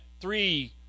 three